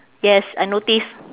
yes I notice